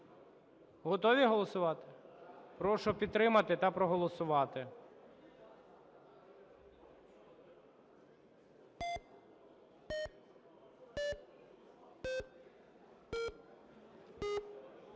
Готові голосувати? Прошу підтримати та проголосувати.